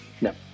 No